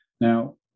now